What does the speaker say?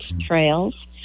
trails